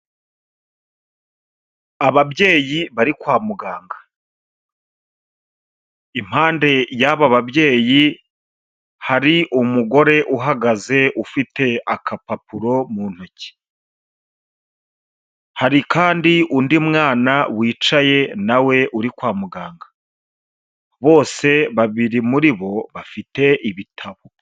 Ababyeyi bari kwa muganga, impande y'aba babyeyi hari umugore uhagaze ufite agapapuro mu ntoki, hari kandi undi mwana wicaye nawe uri kwa muganga, bose babiri muri bo bafite ibitabo.